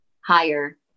higher